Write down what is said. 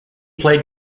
played